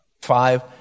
five